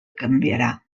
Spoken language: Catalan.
canviarà